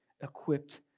equipped